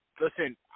listen